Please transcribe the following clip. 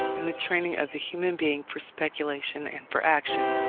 and the training of the human being for speculation and for action.